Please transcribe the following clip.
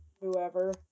whoever